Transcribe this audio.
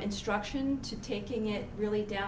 instruction to taking it really down